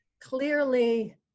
clearly